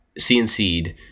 cnc'd